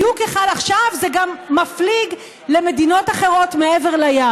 עכשיו זה גם מפליג למדינות אחרות מעבר לים.